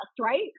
right